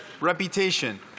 reputation